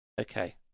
okay